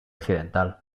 occidental